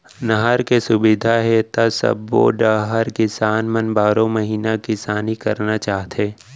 नहर के सुबिधा हे त सबो डहर किसान मन बारो महिना किसानी करना चाहथे